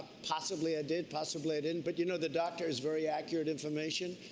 possibly i did, possibly i didn't. but you know the doctor has very accurate information.